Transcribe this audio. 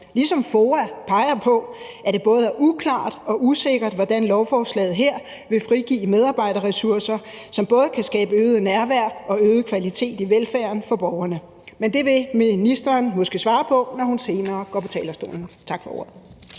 og FOA peger på, at det både er uklart og usikkert, hvordan lovforslaget her vil frigive medarbejderressourcer, som både kan skabe øget nærvær og øget kvalitet i velfærden for borgerne. Men det vil ministeren måske svare på, når hun senere går på talerstolen. Tak for ordet.